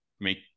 make